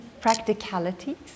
practicalities